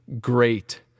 great